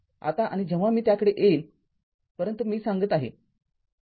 आता आणि जेव्हा मी त्याकडे येईन परंतु मी सांगत आहे